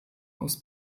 aus